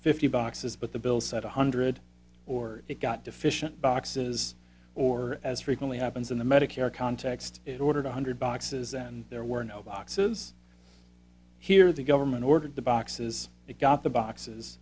fifty boxes but the bill said one hundred or it got deficient boxes or as frequently happens in the medicare context it ordered one hundred boxes and there were no boxes here the government ordered the boxes it got the boxes